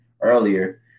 earlier